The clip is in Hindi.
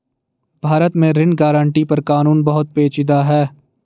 भारत में ऋण गारंटी पर कानून बहुत पेचीदा है